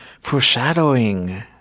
foreshadowing